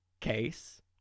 case